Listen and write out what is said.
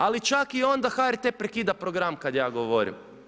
Ali čak i onda HRT prekida program kada ja govorim.